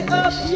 up